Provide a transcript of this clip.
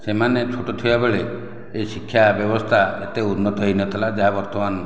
ସେମାନେ ଛୋଟ ଥିବାବେଳେ ଏହି ଶିକ୍ଷା ବ୍ୟବସ୍ଥା ଏତେ ଉନ୍ନତ ହୋଇନଥିଲା ଯାହା ବର୍ତ୍ତମାନ